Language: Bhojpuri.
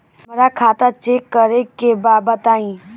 हमरा खाता चेक करे के बा बताई?